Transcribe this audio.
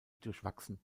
durchwachsen